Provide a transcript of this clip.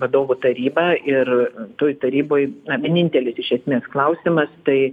vadovų taryba ir toj taryboj vienintelis iš esmės klausimas tai